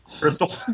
Crystal